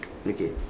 okay